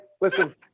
listen